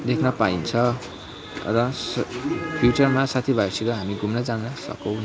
देख्न पाइन्छ र फ्युचरमा साथी भाइहरूसित हामी घुम्न जान सकौँ